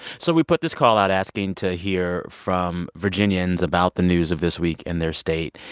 so we put this call out asking to hear from virginians about the news of this week in their state.